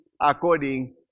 according